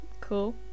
Cool